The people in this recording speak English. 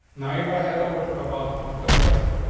now, if i had over to about page, what do i see?